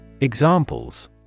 Examples